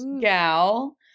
gal